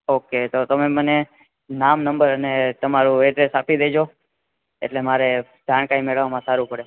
okay તો તમે મને નામ નંબર અને તમારું એડ્રૈસ આપી દેજો એટલે મારે એમાં સારું પડશે